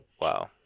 wow